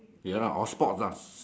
ya lah all sports lah